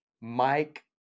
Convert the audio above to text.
Mike